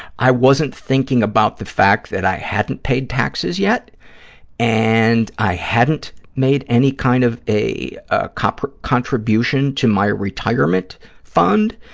i wasn't thinking about the fact that i hadn't paid taxes yet and i hadn't made any kind of a ah contribution to my retirement fund,